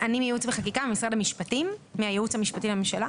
מהייעוץ המשפטי לממשלה.